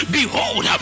behold